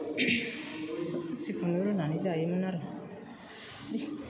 जेखौबो रुनानै जायोमोन आरो